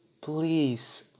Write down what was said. please